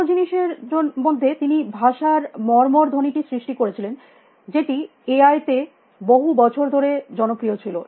অন্য জিনিসের মধ্যে তিনি ভাষার মর্মর ধ্বনিটি সৃষ্টি করে ছিলেন যেটি এআই আই তে বহু বছর ধরে জনপ্রিয় ছিল